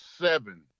seven